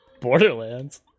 borderlands